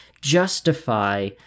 justify